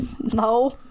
No